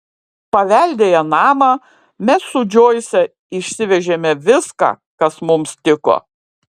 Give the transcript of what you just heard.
paveldėję namą mes su džoise išsivežėme viską kas mums tiko